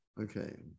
Okay